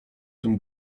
tym